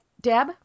Deb